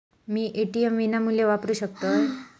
मी ATM विनामूल्य वापरू शकतय?